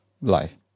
life